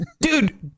Dude